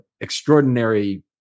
extraordinary